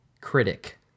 critic